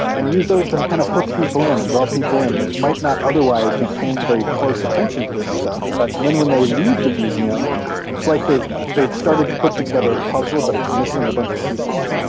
and use those to kind of hook people in and draw people in that might not otherwise be paying very close attention to this stuff, and then when they leave the museum it's like they've they've started to put together a puzzle but it's missing a bunch of pieces.